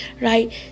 right